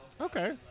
Okay